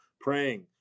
praying